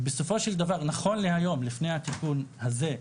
בסופו של דבר נכון להיום, לפני התיקון הזה,